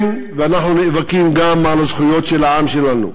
כן, ואנחנו נאבקים גם על הזכויות של העם שלנו.